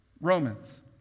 Romans